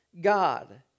God